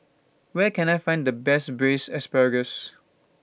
Where Can I Find The Best Braised Asparagus